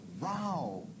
Wow